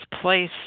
place